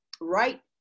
right